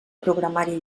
programari